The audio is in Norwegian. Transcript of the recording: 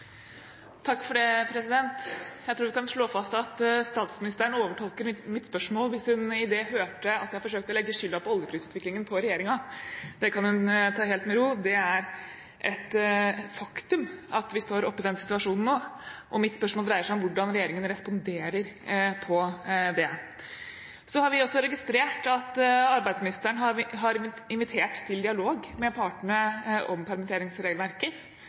Det blir replikkordskifte. Jeg tror vi kan slå fast at statsministeren overtolker mitt spørsmål hvis hun i det hørte at jeg forsøkte å legge skylden for oljeprisutviklingen på regjeringen. Det kan hun ta helt med ro. Det er et faktum at vi står oppe i den situasjonen nå, og mitt spørsmål dreier seg om hvordan regjeringen responderer på det. Så har vi også registrert at arbeidsministeren har invitert til dialog med partene om permitteringsregelverket,